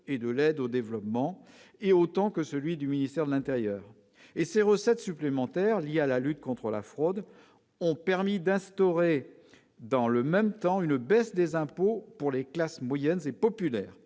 et de l'aide au développement réunis, et autant que celui du ministère de l'intérieur ! Ces recettes supplémentaires liées à la lutte contre la fraude ont permis d'instaurer une baisse des impôts pour les classes moyennes et populaires.